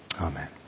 Amen